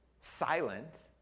silent